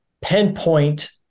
pinpoint